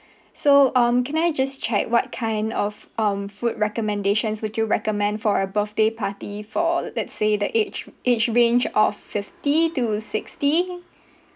so um can I just check what kind of um food recommendations would you recommend for a birthday party for let's say the age age range of fifty to sixty